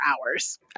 hours